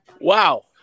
Wow